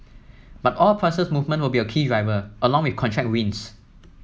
but oil price movement will be a key driver along with contract wins